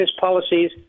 policies